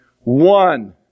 One